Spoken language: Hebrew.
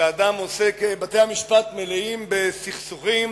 בתי-המשפט מלאים בסכסוכים,